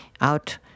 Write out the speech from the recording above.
out